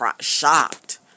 Shocked